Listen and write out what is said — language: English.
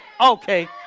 Okay